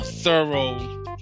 Thorough